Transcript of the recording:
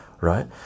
right